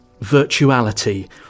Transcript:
virtuality